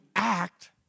act